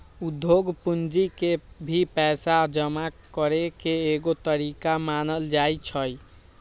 उद्योग पूंजी के भी पैसा जमा करे के एगो तरीका मानल जाई छई